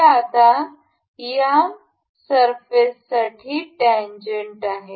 हे आता या पृष्ठभागा साठी टॅन्जेन्ट आहे